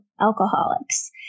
alcoholics